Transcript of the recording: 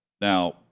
Now